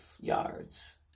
yards